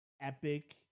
epic